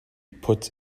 put